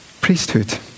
priesthood